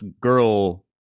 girl